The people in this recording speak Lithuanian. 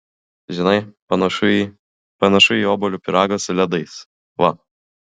žinai panašu į panašu į obuolių pyragą su ledais va